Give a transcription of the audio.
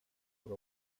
for